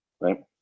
right